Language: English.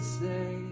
say